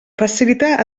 facilitar